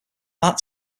that